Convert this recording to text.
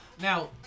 now